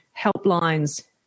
helplines